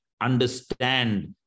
understand